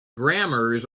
grammars